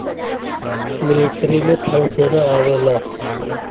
military में थल सेना आवेला